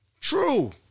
True